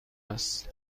است